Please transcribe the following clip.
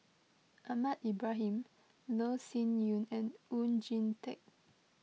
Ahmad Ibrahim Loh Sin Yun and Oon Jin Teik